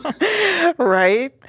Right